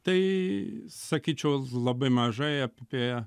tai sakyčiau labai mažai apie